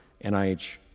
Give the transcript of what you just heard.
NIH